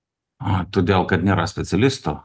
a todėl kad nėra specialisto